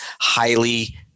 highly